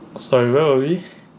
sorry where were we